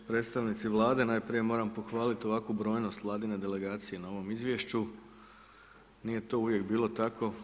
Predstavnici Vlade, najprije moram pohvaliti, ovakvu brojnost vladine delegacije na vladinom izvješću, nije to uvijek bilo tako.